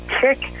kick